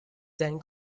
then